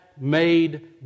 made